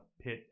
pit